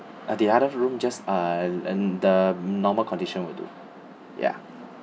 uh the other room just uh and the normal condition will do ya